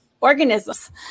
organisms